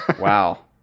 Wow